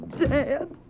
Dad